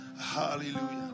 Hallelujah